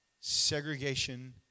Segregation